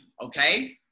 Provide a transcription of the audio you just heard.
okay